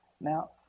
Now